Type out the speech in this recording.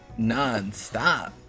nonstop